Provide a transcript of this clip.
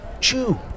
chew